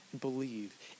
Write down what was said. Believe